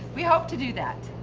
we hope to do that.